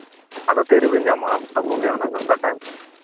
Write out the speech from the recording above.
ᱟᱫᱚ ᱛᱤ ᱨᱮᱵᱤᱱ ᱧᱟᱢᱚᱜᱼᱟ ᱚᱠᱛᱚ ᱠᱚᱜᱮ ᱚᱠᱟ ᱴᱟᱭᱤᱢ